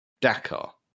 Dakar